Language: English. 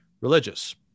religious